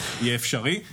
לקריאה ראשונה.